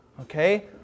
Okay